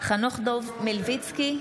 חנוך דב מלביצקי,